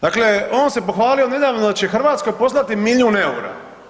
Dakle, on se pohvalio nedavno da će Hrvatskoj poslati milijun eura.